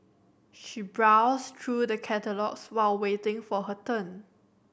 she browsed through the catalogues while waiting for her turn